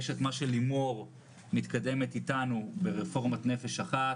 יש את מה שלימור מתקדמת איתנו ברפורמת נפש אחת